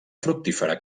fructífera